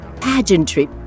pageantry